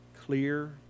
clear